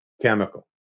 chemical